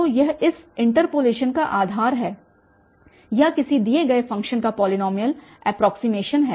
तो यह इस इन्टर्पोलेशन का आधार है या किसी दिए गए फ़ंक्शन का पॉलीनॉमियल एप्रोक्सीमेशन है